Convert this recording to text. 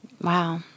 wow